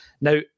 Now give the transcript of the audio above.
Now